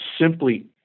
simply